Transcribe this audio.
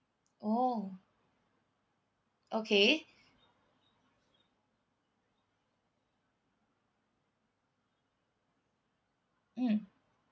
oh okay mm